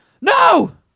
No